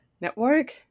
Network